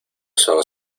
son